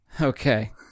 okay